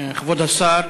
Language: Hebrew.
כבוד השר,